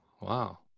wow